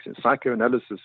psychoanalysis